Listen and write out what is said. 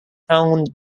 owned